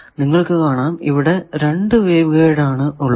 നിങ്ങൾക്കു കാണാം ഇവിടെ 2 വേവ് ഗൈഡ് ആണ് ഉള്ളത്